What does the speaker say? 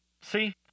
See